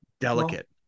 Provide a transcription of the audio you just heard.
Delicate